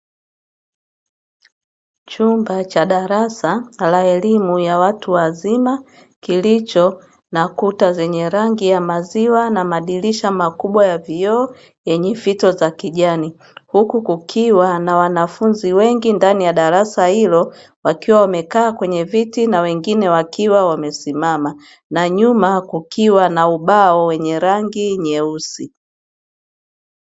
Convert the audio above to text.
Chumba cha darasa la elimu ya watu wazima, kilicho na kuta zenye rangi ya maziwa na madirisha makubwa ya vioo nyenye fito za kijani, huku kukiwa na wanafunzi wengi ndani ya darasa hilo, wakiwa wamekaa kweye viti na wengine wakiwa wamesimama na nyuma kukiwa na ubao wenye rangi nyeusi.